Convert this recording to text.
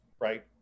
right